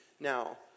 Now